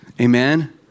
Amen